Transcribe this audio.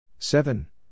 Seven